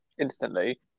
instantly